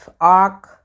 arc